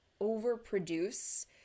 overproduce